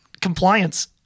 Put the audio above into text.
compliance